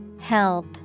Help